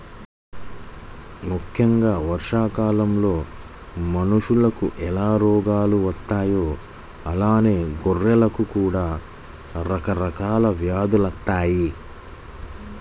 ముక్కెంగా వర్షాకాలంలో మనుషులకు ఎలా రోగాలు వత్తాయో అలానే గొర్రెలకు కూడా రకరకాల వ్యాధులు వత్తయ్యి